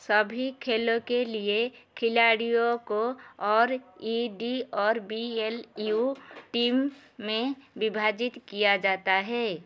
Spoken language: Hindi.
सभी खेलों के लिए खिलाड़ियों को आर ई डी और बी एल यू टीमों में विभाजित किया जाता है